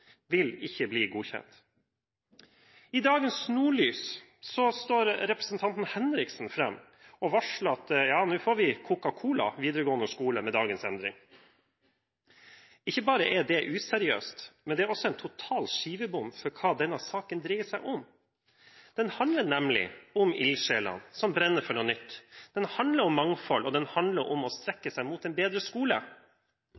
vil ikke bli godkjent. I gårsdagens Nordlys sto representanten Martin Henriksen fram og varslet at vi med dagens endring får Coca Cola videregående skole. Ikke bare er det useriøst, det er også en total skivebom med hensyn til hva denne saken dreier seg om. Den handler nemlig om ildsjelene som brenner for noe nytt. Den handler om mangfold, og den handler om å